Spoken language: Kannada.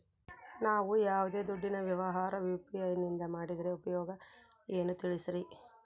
ನಾವು ಯಾವ್ದೇ ದುಡ್ಡಿನ ವ್ಯವಹಾರ ಯು.ಪಿ.ಐ ನಿಂದ ಮಾಡಿದ್ರೆ ಉಪಯೋಗ ಏನು ತಿಳಿಸ್ರಿ?